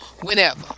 whenever